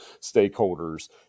stakeholders